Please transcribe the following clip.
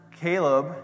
Caleb